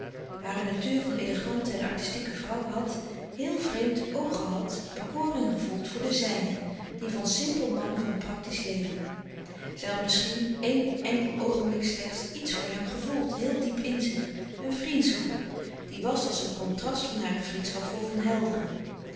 hare natuur van elegante en artistieke vrouw had heel vreemd oog gehad bekoring gevoeld voor de zijne die van simpel man van praktisch leven zij had misschien éen enkel oogenblik slechts iets voor hem gevoeld heel diep louis couperus de stille kracht in zich een vriendschap die was als het contrast van hare vriendschap voor van helderen